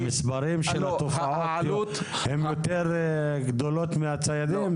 המספרים של התופעה הם יותר גדולים מהציידים?